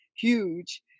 huge